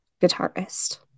guitarist